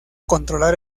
controlar